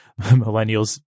millennials